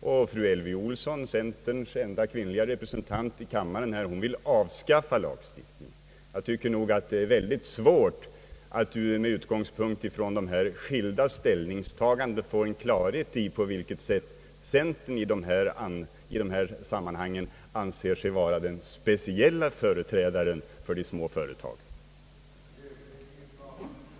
och fru Elvy Olsson, centerns enda kvinnliga representant i kammaren, vill avskaffa lagstiftningen. Jag tycker nog att det är väldigt svårt att med utgångspunkt från dessa skilda ställningstaganden få klarhet i på vilket sätt centern i detta sammanhang anser sig vara den speciella företrädaren för de små företagen.